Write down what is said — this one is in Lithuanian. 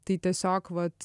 tai tiesiog vat